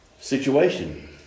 situation